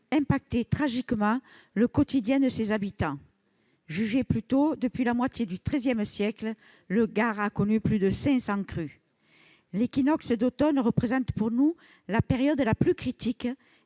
impacter tragiquement le quotidien de ses habitants. Jugez plutôt : depuis la moitié du XIII siècle, le Gard a connu plus de 500 crues. L'équinoxe d'automne représente pour nous la période la plus critique.